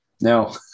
No